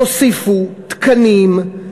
תוסיפו תקנים,